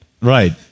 Right